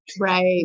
Right